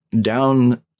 down